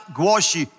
głosi